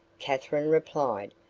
katherine replied.